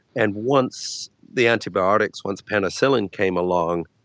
and once the antibiotics, once penicillin came along,